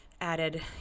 added